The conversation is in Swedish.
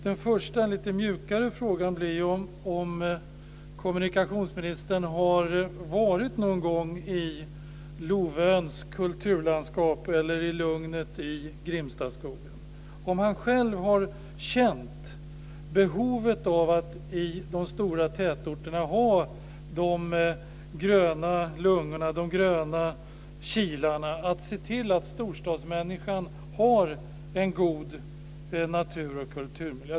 Den första och lite mjukare frågan blir om näringsministern någon gång har befunnit sig i Lovöns kulturlandskap eller i lugnet i Grimstaskogen. Har han själv känt behovet av att i de stora tätorterna ha gröna lungor och gröna kilar och behovet av att se till att storstadsmänniskan har en god natur och kulturmiljö?